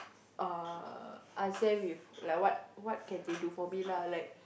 uh ask them if like what what can they do for me lah like